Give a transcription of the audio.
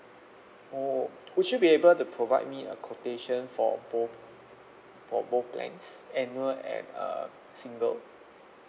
oh would you be able to provide me a quotation for both for both plans annual and uh single